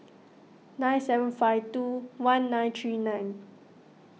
nine seven five two one nine three nine